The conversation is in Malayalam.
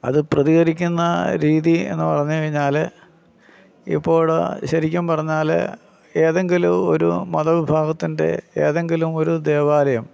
അത് പ്രതികരിക്കുന്ന രീതി എന്ന് പറഞ്ഞു കഴിഞ്ഞാൽ ഇപ്പോൾ ശരിക്കും പറഞ്ഞാൽ ഏതെങ്കിലും ഒരു മതവിഭാഗത്തിൻ്റെ ഏതെങ്കിലും ഒരു ദേവാലയം